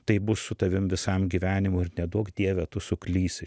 tai bus su tavim visam gyvenimui ir neduok dieve tu